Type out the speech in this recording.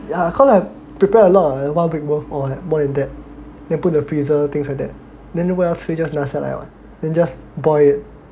ya cause I prepare a lot one week worth or more than that then put in the freezer things like that then just take one tray then just boil it